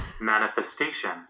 Manifestation